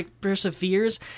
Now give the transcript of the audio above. perseveres